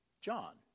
John